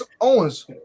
Owens